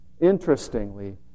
interestingly